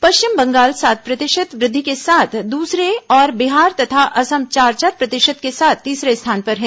पश्चिम बंगाल सात प्रतिशत वृद्धि के साथ दूसरे और बिहार तथा असम चार चार प्रतिशत के साथ तीसरे स्थान पर है